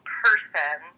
person